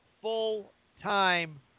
full-time